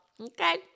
okay